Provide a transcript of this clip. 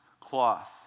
cloth